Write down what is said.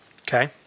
Okay